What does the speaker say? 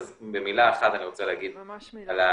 אז במילה אחת אני רוצה להגיד על 19-COVID,